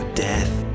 death